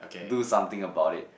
do something about it